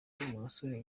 musore